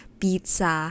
pizza